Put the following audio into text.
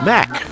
Mac